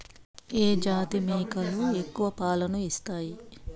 ఏ జాతి మేకలు ఎక్కువ పాలను ఇస్తాయి?